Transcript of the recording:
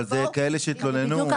אבל זה כאלה שהתלוננו.